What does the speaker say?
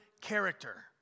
character